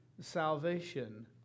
salvation